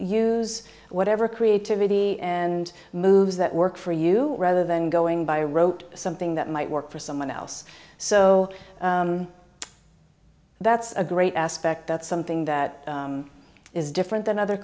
use whatever creativity and moves that work for you rather than going by rote something that might work for someone else so that's a great aspect that's something that is different than other